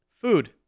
food